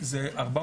זה 400